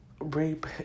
Rape